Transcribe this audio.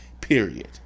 Period